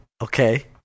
Okay